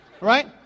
Right